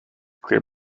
clear